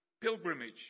pilgrimage